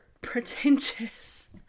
pretentious